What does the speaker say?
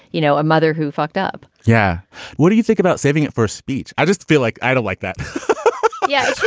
you know, a mother who fucked up. yeah do you think about saving it for speech? i just feel like i don't like that yeah,